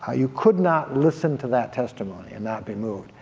ah you could not listen to that testimony and not be moved.